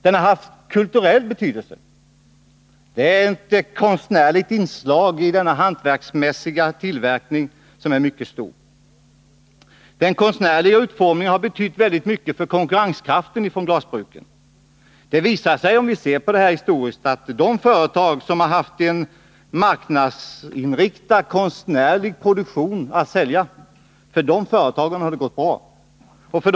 Det har haft kulturell betydelse. Det är ett konstnärligt inslag i denna hantverksmässiga tillverkning som är mycket stort. Den konstnärliga utformningen har betytt mycket för konkurrenskraften hos glasbruken. Det visar sig — om vi ser på glasbruken historiskt — att de företag som haft en marknadsinriktad konstnärlig produktion att sälja har det gått bra för.